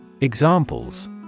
Examples